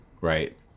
right